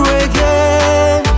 again